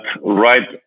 right